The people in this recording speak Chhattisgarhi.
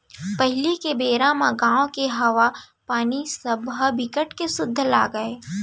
पहिली के बेरा म गाँव के हवा, पानी सबो ह बिकट के सुद्ध लागय